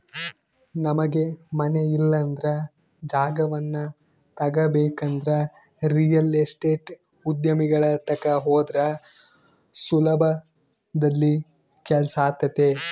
ನಮಗೆ ಮನೆ ಇಲ್ಲಂದ್ರ ಜಾಗವನ್ನ ತಗಬೇಕಂದ್ರ ರಿಯಲ್ ಎಸ್ಟೇಟ್ ಉದ್ಯಮಿಗಳ ತಕ ಹೋದ್ರ ಸುಲಭದಲ್ಲಿ ಕೆಲ್ಸಾತತೆ